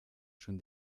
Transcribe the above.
schon